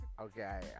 Okay